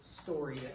story